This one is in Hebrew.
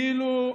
כאילו,